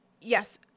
yes